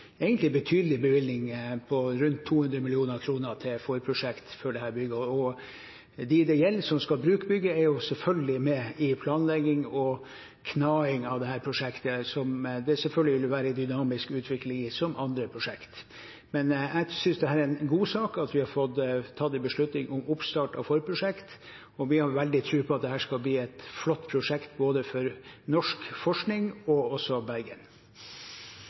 egentlig betydelig bevilgning på rundt 200 mill. kr til forprosjekt for dette bygget. Dem det gjelder, de som skal bruke bygget, er selvfølgelig med i planlegging og knaing av dette prosjektet, som selvfølgelig vil være i dynamisk utvikling, som andre prosjekt. Men jeg synes det er en god sak at vi har fått tatt en beslutning om oppstart av forprosjekt, og vi har veldig tro på at dette skal bli et flott prosjekt både for norsk forskning og for Bergen.